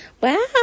Wow